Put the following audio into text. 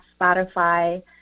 Spotify